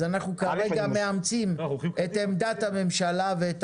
אז אנחנו כרגע מאמצים את עמדת הממשלה ואת